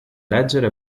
leggere